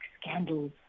scandals